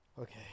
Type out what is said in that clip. Okay